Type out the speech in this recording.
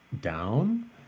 down